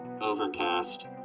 overcast